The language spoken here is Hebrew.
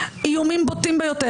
איומים בוטים ביותר.